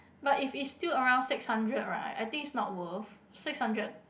but if it's still around six hundred right I think is not worth six hundred